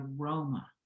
aroma